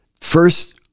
First